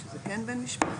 ב-2.